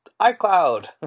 iCloud